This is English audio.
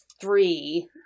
three